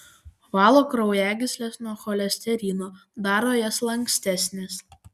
valo kraujagysles nuo cholesterino daro jas lankstesnes